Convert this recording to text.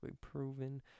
proven